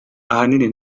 ahanini